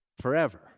forever